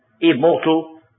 immortal